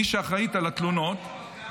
מי שאחראית לתלונות, יש